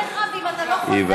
אם אתה לא חוזר אליהם, הבנתי.